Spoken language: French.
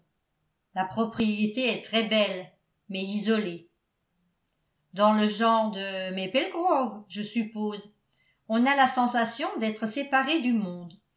la propriété est très belle mais isolée dans le genre de maple grove je suppose on a la sensation d'être séparé du monde